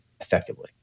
effectively